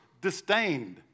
disdained